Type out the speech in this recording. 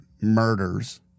murders